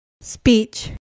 Speech